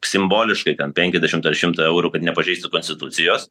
simboliškai ten penkiasdešimt ar šimtą eurų kad nepažeistų konstitucijos